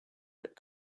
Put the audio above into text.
but